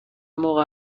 موقع